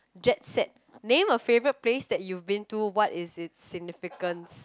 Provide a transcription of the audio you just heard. jet set name a favourite place that you've been to what is its significance